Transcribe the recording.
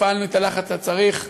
הפעלנו את הלחץ שצריך,